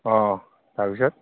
অঁ তাৰ পিছত